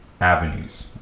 avenues